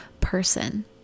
person